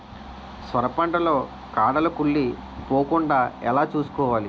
సొర పంట లో కాడలు కుళ్ళి పోకుండా ఎలా చూసుకోవాలి?